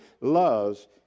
loves